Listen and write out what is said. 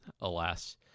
Alas